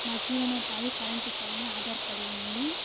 మా జీవనోపాధి కరెంట్ పైన ఆధారపడి ఉంది